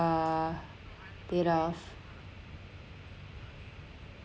uh laid off